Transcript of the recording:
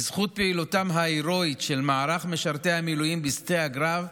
בזכות פעילותם ההירואית של משרתי המילואים בשדה הקרב,